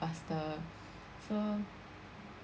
faster so